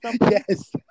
Yes